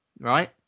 right